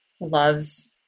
loves